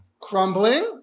crumbling